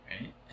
Right